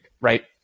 right